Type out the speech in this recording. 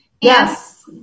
Yes